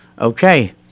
Okay